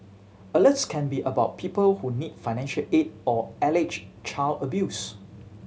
alerts can be about people who need financial aid or alleged child abuse